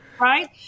Right